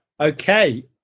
Okay